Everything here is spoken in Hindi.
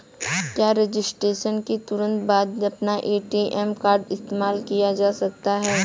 क्या रजिस्ट्रेशन के तुरंत बाद में अपना ए.टी.एम कार्ड इस्तेमाल किया जा सकता है?